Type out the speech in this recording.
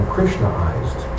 Krishnaized